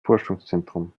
forschungszentrum